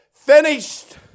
finished